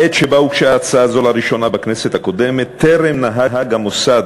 בעת שבה הוגשה הצעה זו בכנסת הקודמת טרם נהג המוסד